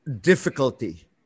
difficulty